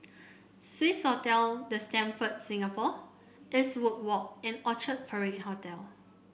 Swissotel The Stamford Singapore Eastwood Walk and Orchard Parade Hotel